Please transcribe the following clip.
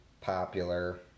popular